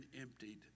emptied